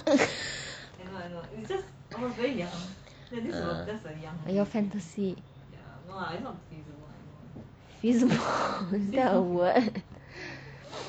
your fantasy feasible is that a word